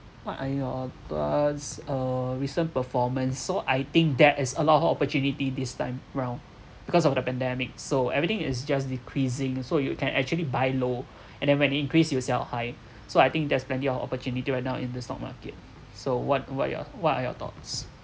what are your thoughts uh recent performance so I think there is a lot of opportunity this time round because of the pandemic so everything is just decreasing so you can actually buy low and then when it increase you sell high so I think there's plenty of opportunity right now in the stock market so what what your what are your thoughts